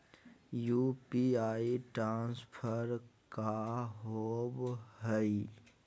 UPI transfer का होव हई?